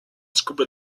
scuba